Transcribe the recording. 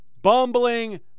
Bumbling